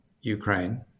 Ukraine